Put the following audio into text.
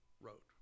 wrote